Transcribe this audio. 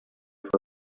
for